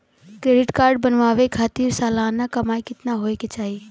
Credit card बनवावे खातिर सालाना कमाई कितना होए के चाही?